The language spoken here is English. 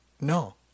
No